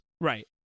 right